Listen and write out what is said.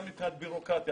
גם מבחינת בירוקרטיה